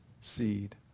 seed